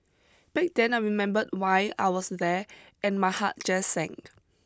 back then I remembered why I was there and my heart just sank